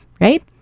right